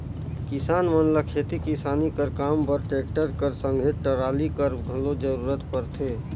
किसान मन ल खेती किसानी कर काम बर टेक्टर कर संघे टराली कर घलो जरूरत परथे